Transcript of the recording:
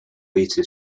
beta